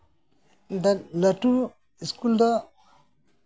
ᱞᱟᱹᱴᱩ ᱤᱥᱠᱩᱞ ᱫᱚ